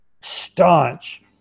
staunch